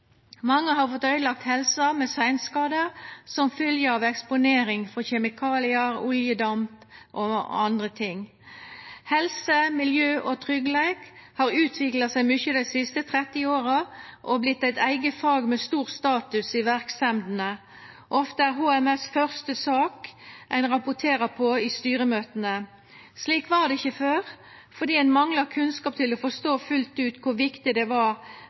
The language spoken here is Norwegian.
Mange har fått øydelagt helsa med seinskadar som fylgje av eksponering frå kjemikaliar, oljedamp og anna. Helse, miljø og tryggleik har utvikla seg mykje dei siste 30 åra og vorte eit eige fag med stor status i verksemdene. Ofte er HMS første sak ein rapporterer på i styremøta. Slik var det ikkje før, for ein mangla kunnskap til å forstå fullt ut kor viktig det var